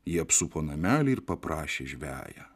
jie apsupo namelį ir paprašė žveją